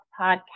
Podcast